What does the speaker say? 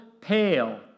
pale